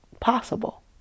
possible